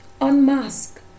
Unmask